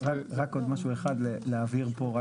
משהו אחד להבהיר כאן.